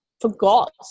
forgot